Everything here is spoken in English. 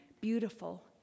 beautiful